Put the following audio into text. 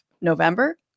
November